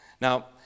Now